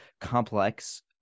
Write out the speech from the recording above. complex